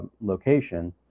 location